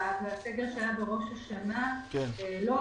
לסגר שהיה בראש השנה לא,